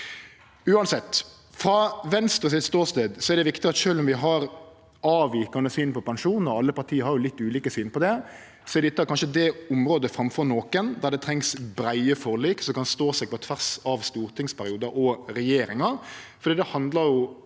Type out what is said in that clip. Uansett: Frå Venstres ståstad er det viktig at sjølv om vi har avvikande syn på pensjon – alle parti har jo litt ulike syn på det – er dette kanskje det området framfor noko der det trengst breie forlik som kan stå seg på tvers av stortingsperiodar og regjeringar,